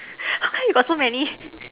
why you got so many